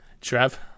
Trev